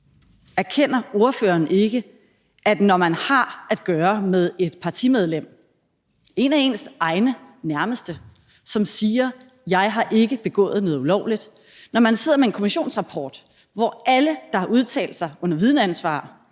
Erkender ordføreren ikke, at når man har at gøre med et partimedlem, altså en af ens egne nærmeste, som siger, at vedkommende ikke har begået noget ulovligt, og når man sidder med en kommissionsrapport, hvor alle, der har udtalt sig under vidneansvar,